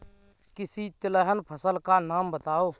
किसी तिलहन फसल का नाम बताओ